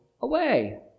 away